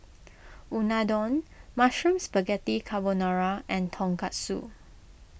Unadon Mushroom Spaghetti Carbonara and Tonkatsu